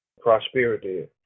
prosperity